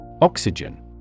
Oxygen